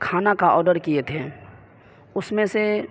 کھانا کا آڈر کیے تھے اس میں سے